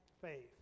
faith